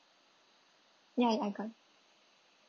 ya ya I got